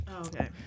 okay